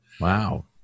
Wow